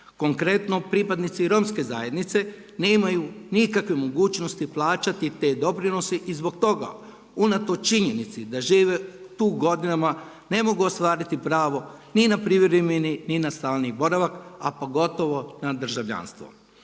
Konkretno pripadnici romske zajednice nemaju nikakve mogućnosti plaćati te doprinose i zbog toga unatoč činjenici da žive tu godinama ne mogu ostvariti pravo ni na privremeni, ni na stalni boravak, a pogotovo na državljanstvo.